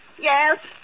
Yes